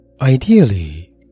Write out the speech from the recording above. Ideally